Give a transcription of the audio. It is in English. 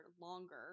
longer